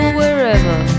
wherever